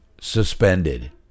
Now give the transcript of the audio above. suspended